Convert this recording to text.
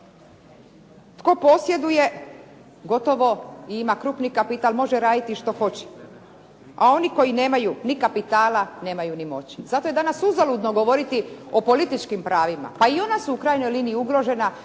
Tko posjeduje gotovo i ima krupni kapital može raditi što hoće, a oni koji nemaju ni kapitala nemaju ni moći. Zato je danas uzaludno govoriti o političkim pravima, pa i ona su u krajnjoj liniji ugrožena